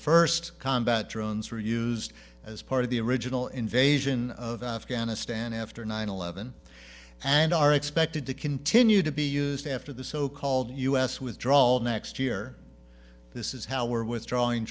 first combat drones were used as part of the original invasion of afghanistan after nine eleven and are expected to continue to be used after the so called u s withdrawal next year this is how we're withdrawing